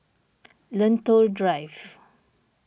Lentor Drive